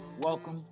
welcome